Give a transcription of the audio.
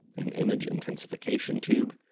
an image intensification tube,